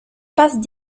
passes